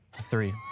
Three